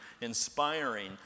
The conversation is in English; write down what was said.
inspiring